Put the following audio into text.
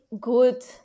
good